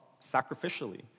sacrificially